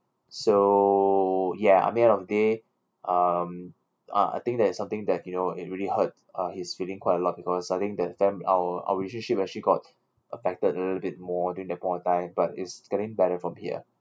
so ya I mean end of the day um I I think that something that you know it really hurt uh his feeling quite a lot because I think that then our our relationship actually got affected a little bit more during the point of time but is getting better from here